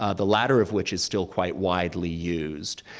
ah the latter of which is still quite widely used,